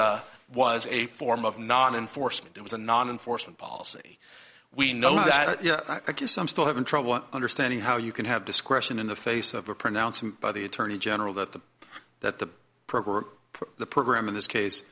doc was a form of non enforcement it was a non enforcement policy we know that yeah i guess i'm still having trouble understanding how you can have discretion in the face of a pronouncement by the attorney general that the that the program the program in this case